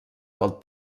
del